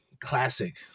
Classic